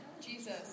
Jesus